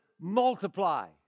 multiply